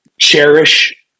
cherish